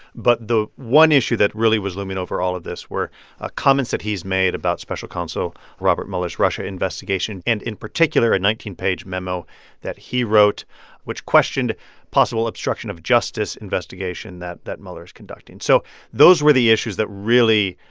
but the one issue that really was looming over all of this were ah comments that he's made about special counsel robert mueller's russia investigation and, in particular, a nineteen page memo that he wrote which questioned possible obstruction-of-justice investigation that that mueller is conducting. so those were the issues that, really,